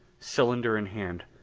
cylinder in hand,